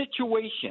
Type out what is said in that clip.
situation